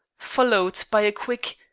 followed by a quick,